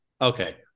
Okay